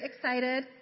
excited